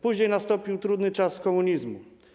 Później nastąpił trudny czas komunizmu.